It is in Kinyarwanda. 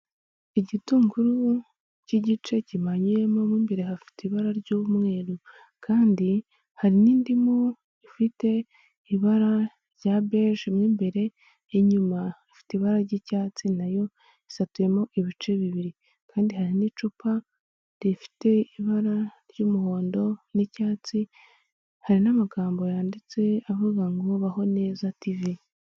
Igitunguru cy'igice kimanyuyemo mo imbere hafite ibara ry'umweru kandi hari n'indimu ifite ibara rya beje. Mo imbere inyuma ifite ibara ry'icyatsi nayo isatuyemo ibice bibiri kandi hari n'icupa rifite ibara ry'umuhondo n'icyatsi, hari n'amagambo yanditse avuga ngo baho neza tivi.